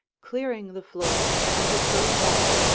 clearing the floor as it goes back,